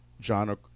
John